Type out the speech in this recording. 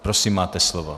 Prosím, máte slovo.